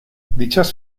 dichas